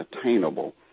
attainable